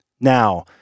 Now